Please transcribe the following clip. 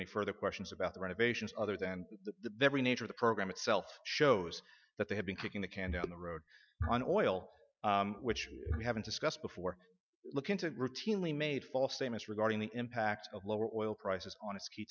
any further questions about the renovations other than the very nature of the program itself shows that they have been kicking the can down the road on oil which we haven't discussed before look into it routinely made false statements regarding the impact of lower oil prices on a ski